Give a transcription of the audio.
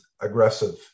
aggressive